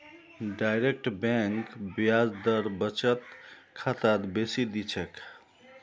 direct bank ब्याज दर बचत खातात बेसी दी छेक